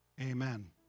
amen